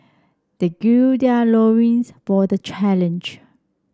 they gird their loins for the challenge